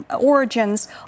Origins